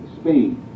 Spain